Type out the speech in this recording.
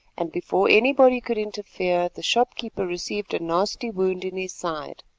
and before anybody could interfere the storekeeper received a nasty wound in his side.